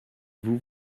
vous